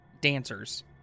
dancers